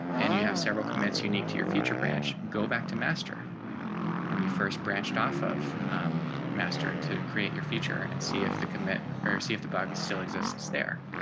and you have several comments unique to your feature branch. go back to master when you first branched off of master to create your future and see if the commit or see if the body is still exists there.